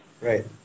Right